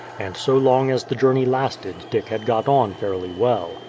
and so long as the journey lasted dick had got on fairly well.